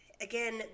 again